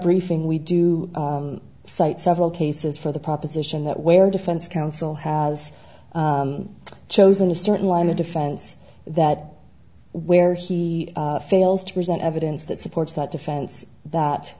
briefing we do cite several cases for the proposition that where defense counsel has chosen a certain line of defense that where he fails to present evidence that supports that defense